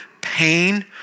pain